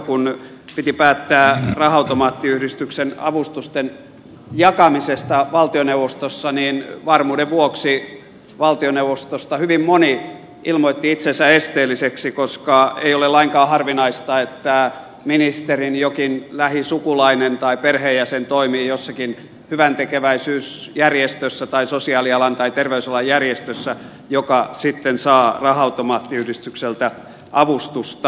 kun piti päättää raha automaattiyhdistyksen avustusten jakamisesta valtioneuvostossa niin varmuuden vuoksi valtioneuvostosta hyvin moni ilmoitti itsensä esteelliseksi koska ei ole lainkaan harvinaista että ministerin joku lähisukulainen tai perheenjäsen toimii jossakin hyväntekeväisyysjärjestössä tai sosiaalialan tai terveysalan järjestössä joka sitten saa raha automaattiyhdistykseltä avustusta